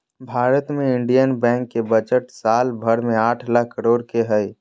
भारत मे इन्डियन बैंको के बजट साल भर मे आठ लाख करोड के हय